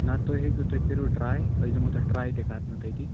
نَہ تُہۍ ہیٚکِو تُہۍ کٔرِو ٹرٛاے أسۍ دِمہو تۄہہِ ٹرٛاے تہِ کرنہٕ تٔتِی